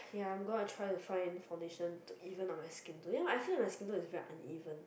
ya I'm going to try to find foundation to even out my skin tone you know feel like my skin tone is very uneven